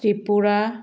Tripura